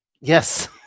Yes